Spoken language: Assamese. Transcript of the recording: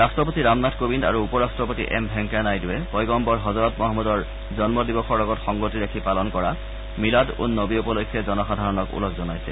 ৰাষ্ট্ৰপতি ৰামনাথ কোবিন্দ আৰু উপ ৰাষ্ট্ৰপতি এম ভেংকায়া নাইডুৱে পয়গম্বৰ হজৰত মহম্মদৰ জন্ম দিৱসৰ লগত সংগতি ৰাখি পালন কৰা মিলাদ উন নবী উপলক্ষে জনসাধাৰণক ওলগ জনাইছে